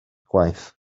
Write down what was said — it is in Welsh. gwaith